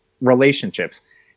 relationships